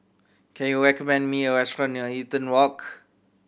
can you recommend me a restaurant near Eaton Walk